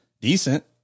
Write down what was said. decent